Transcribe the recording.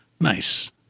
Nice